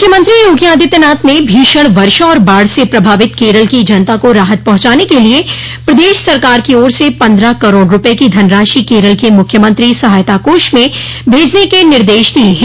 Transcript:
मुख्यमंत्री योगी आदित्यनाथ ने भीषण वर्षा और बाढ़ से प्रभावित केरल की जनता को राहत पहुंचाने के लिए प्रदेश सरकार की ओर से पन्द्रह करोड़ रूपये की धनराशि केरल के मुख्यमंत्री सहायता कोष में भेजने के निर्देश दिये हैं